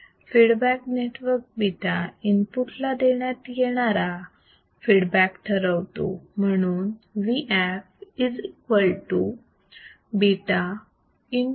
feedback network β input ला देण्यात येणारा फीडबॅक ठरवतो म्हणून VfβVo